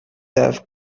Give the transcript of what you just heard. have